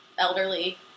elderly